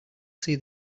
see